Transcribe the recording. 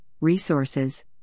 resources